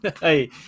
hey